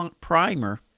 primer